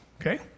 Okay